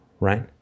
right